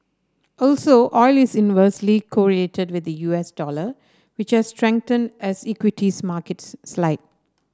also oil is inversely correlated with the U S dollar which has strengthened as equities markets slid